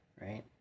right